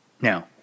Now